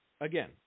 Again